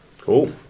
Cool